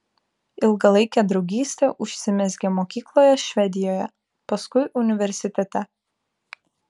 ilgalaikė draugystė užsimezgė mokykloje švedijoje paskui universitete